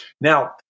Now